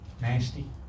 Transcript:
Nasty